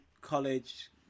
college